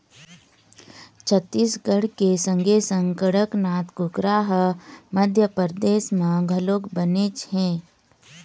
छत्तीसगढ़ के संगे संग कड़कनाथ कुकरा ह मध्यपरदेस म घलोक बनेच हे